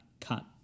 cut